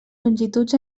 longituds